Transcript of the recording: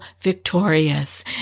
victorious